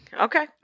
Okay